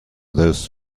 this